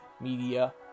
media